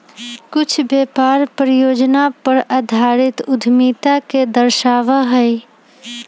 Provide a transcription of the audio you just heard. कुछ व्यापार परियोजना पर आधारित उद्यमिता के दर्शावा हई